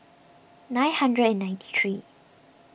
nine hundred and ninety three